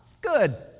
Good